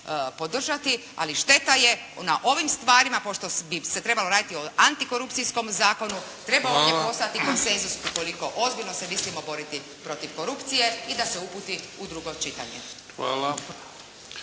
ali šteta je na ovim stvarima pošto bi se trebalo raditi o antikorupcijskom zakonu, treba ovdje postojati konsenzus ukoliko ozbiljno se mislimo boriti protiv korupcije i da se uputi u drugo čitanje.